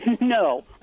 No